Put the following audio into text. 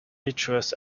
licentious